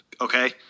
Okay